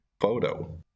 photo